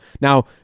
Now